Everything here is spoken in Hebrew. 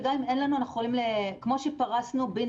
וגם אם אין לנו --- כמו שפרסנו בין